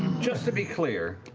just to be clear